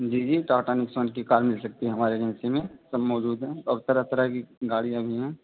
جی جی ٹاٹا نیکسون کی کار مل سکتی ہے ہماری ایجنسی میں سب موجود ہیں اور طرح طرح کی گاڑیاں بھی ہیں